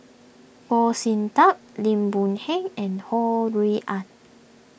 Goh Sin Tub Lim Boon Keng and Ho Rui An